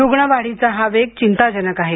रुग्ण वाढीचा हा वेग चिंताजनक आहे